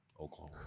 Oklahoma